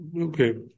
Okay